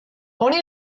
honi